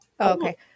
Okay